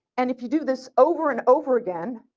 and if you do this over and over again,